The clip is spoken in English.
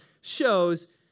shows